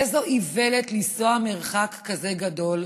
איזו איוולת לנסוע מרחק כזה גדול,